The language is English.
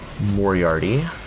moriarty